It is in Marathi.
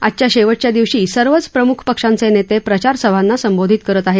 आजच्या शेवटच्या दिवशी सर्वच प्रमुख पक्षाचे नेते प्रचारसभांना संबोधित करत आहेत